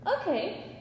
Okay